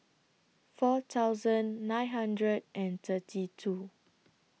four thousand nine hundred and thirty two